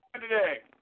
today